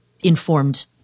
informed